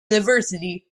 university